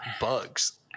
bugs